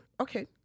okay